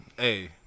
Hey